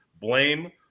blame